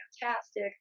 fantastic